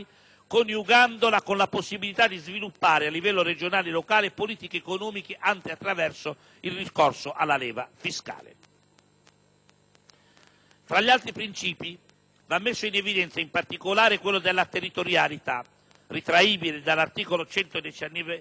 coniugandola con la possibilità di sviluppare, a livello regionale e locale, politiche economiche anche attraverso il ricorso alla leva fiscale. Tra gli altri principi, va messo in evidenza, in particolare, quello della territorialità, ritraibile dall'articolo 119